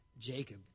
Jacob